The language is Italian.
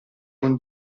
con